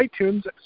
iTunes